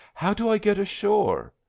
how do i get ashore?